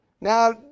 Now